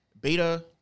Beta